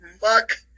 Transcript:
Fuck